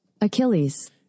Achilles